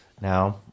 now